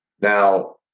Now